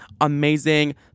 amazing